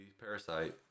Parasite